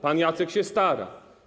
Pan Jacek się stara.